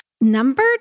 Number